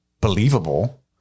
believable